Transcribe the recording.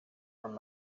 from